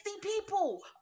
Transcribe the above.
people